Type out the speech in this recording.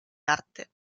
arte